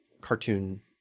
cartoon